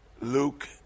Luke